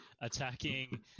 attacking